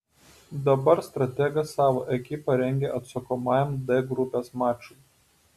dabar strategas savo ekipą rengia atsakomajam d grupės mačui